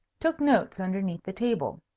took notes underneath the table.